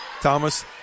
Thomas